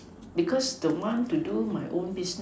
because the one to do my own business